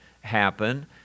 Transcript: happen